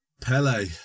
Pele